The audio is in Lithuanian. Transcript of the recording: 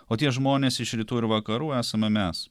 o tie žmonės iš rytų ir vakarų esame mes